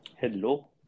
Hello